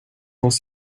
dans